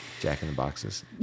jack-in-the-boxes